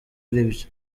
aribyo